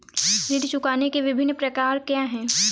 ऋण चुकाने के विभिन्न प्रकार क्या हैं?